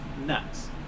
nuts